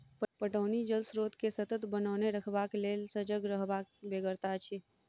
पटौनी जल स्रोत के सतत बनओने रखबाक लेल सजग रहबाक बेगरता अछि